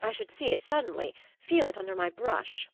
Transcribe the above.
i should see it suddenly feel it under my brush.